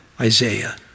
Isaiah